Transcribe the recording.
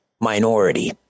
minority